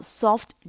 soft